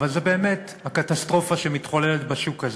אבל זו באמת הקטסטרופה שמתחוללת בשוק הזה.